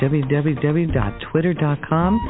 www.twitter.com